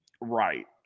Right